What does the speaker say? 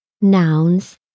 nouns